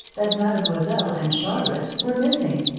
that mademoiselle and charlotte were missing.